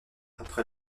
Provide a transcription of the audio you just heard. après